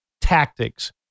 tactics